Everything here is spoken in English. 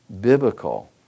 biblical